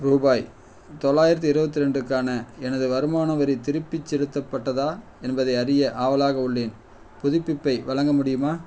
ரூபாய் தொள்ளாயிரத்தி இருபத்தி ரெண்டுக்கான எனது வருமான வரி திருப்பிச் செலுத்தப்பட்டதா என்பதை அறிய ஆவலாக உள்ளேன் புதுப்பிப்பை வழங்க முடியுமா